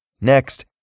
Next